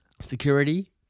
security